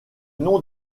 nom